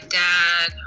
dad